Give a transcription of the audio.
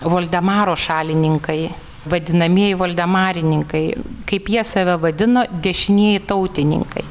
voldemaro šalininkai vadinamieji voldemarininkai kaip jie save vadino dešinieji tautininkai